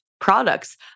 products